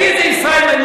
הביא את זה ישראל מימון,